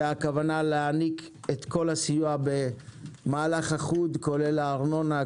והכוונה להעניק את כל הסיוע במהלך החוד כולל הארנונה,